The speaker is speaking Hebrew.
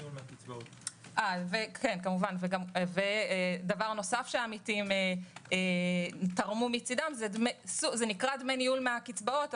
דבר נוסף שהעמיתים תרמו מצדם נקרא דמי ניהול קצבאות,